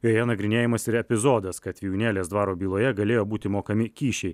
joje nagrinėjamas ir epizodas kad vijūnėlės dvaro byloje galėjo būti mokami kyšiai